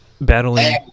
battling